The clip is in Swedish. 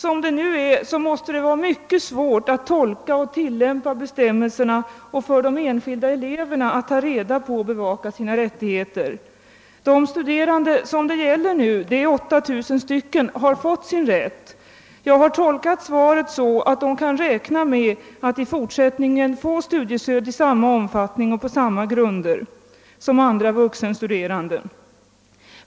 Som det nu är måste det vara mycket svårt att tolka och tillämpa bestämmelserna och för de enskilda eleverna att ta reda på och bevaka sina rättigheter. De 8000 studerande det här gäller har fått sin rätt. Jag har tolkat svaret så, att de kan räkna med att i fortsättningen få studiestöd i samma omfattning och på samma grunder som andra vuxenstuderande.